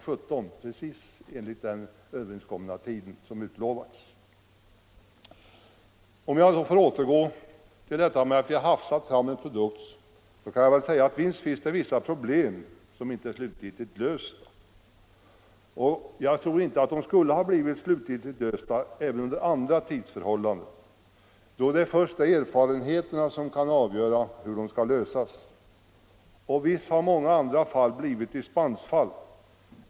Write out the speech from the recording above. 17 och inte i tisdags morse, som herr Magnusson sade. Visst finns det problem som inte är slutgiltigt lösta och som inte heller skulle ha blivit det under andra tidsförhållanden, då först erfarenheterna kan avgöra hur de skall lösas, och visst har många frågor blivit dispensfall.